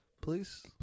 Please